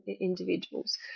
individuals